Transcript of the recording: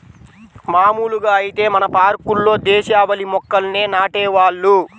మాములుగా ఐతే మన పార్కుల్లో దేశవాళీ మొక్కల్నే నాటేవాళ్ళు